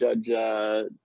Judge